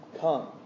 Come